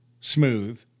smooth